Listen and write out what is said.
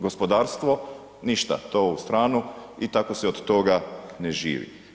Gospodarstvo ništa, to u stranu i tako se od toga ne živi.